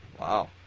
Wow